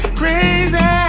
crazy